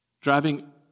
driving